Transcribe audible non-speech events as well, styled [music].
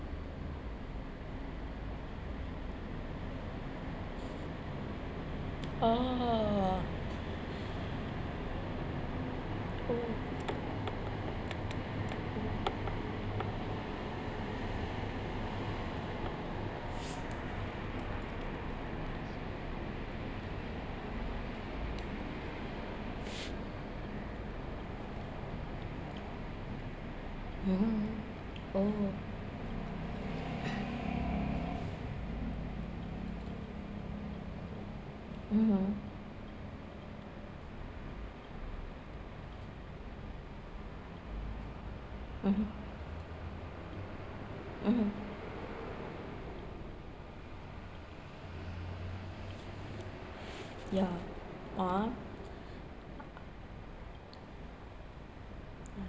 oo oh mm oo mm mmhmm mmhmm ya !wah! [noise]